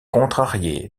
contrarié